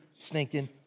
stinking